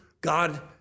God